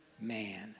man